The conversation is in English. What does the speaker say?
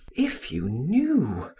if you knew.